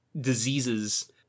diseases